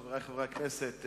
חברי חברי הכנסת,